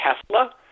Tesla